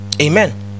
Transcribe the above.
amen